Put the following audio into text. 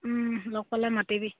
লগ পালে মাতিবি